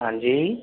हाँ जी